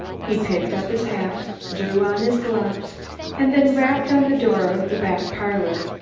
he picked up his hat, drew on his gloves and then rapped on the door of the back parlor.